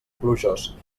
plujós